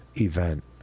event